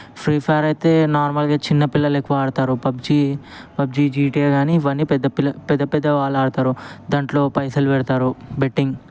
free fire అయితే నార్మల్గా చిన్నపిల్లలు ఎక్కువ ఆడతారు పబ్జీ పబ్జీ జీటీఏ కాని ఇవన్నీ పెద్దపిల్ల పెద్దపెద్దవాళ్ళూ ఆడతారు దాంట్లో పైసలు పెడతారు బెట్టింగ్